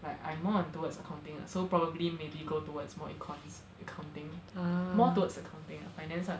like I'm more on towards accounting lah so probably maybe go towards more econs accounting more towards accounting ah finance ah